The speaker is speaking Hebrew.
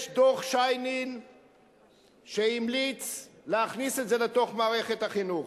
יש דוח-שיינין שהמליץ להכניס את זה לתוך מערכת החינוך.